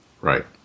Right